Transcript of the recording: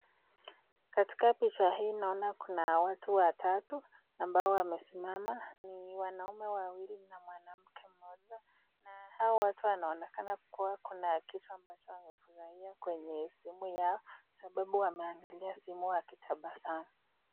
Katika picha hii naona kuna watu watatu, ambao wamesimama ni wamaume wawili, na mwanamke mmoja, na hao watu inaonekana kuwa kuna kitu ambacho wanafurahia kwenye simu yao, kwasababu wameangalia simu wakitabasamu.